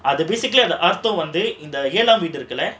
other basically இந்த ஏழாம் வீடு இருக்குல்ல:indha ellaam veedu irukkula